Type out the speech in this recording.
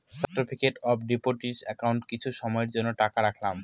certificate of deposit একাউন্টে কিছু সময়ের জন্য টাকা রাখলাম